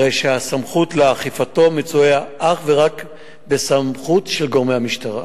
הרי שהסמכות לאכיפתו מצויה אך ורק בסמכות של גורמי המשטרה.